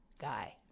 guy